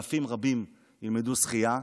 אלא אלפים רבים ילמדו שחייה.